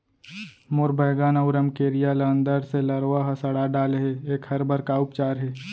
मोर बैगन अऊ रमकेरिया ल अंदर से लरवा ह सड़ा डाले हे, एखर बर का उपचार हे?